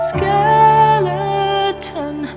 Skeleton